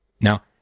Now